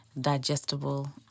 digestible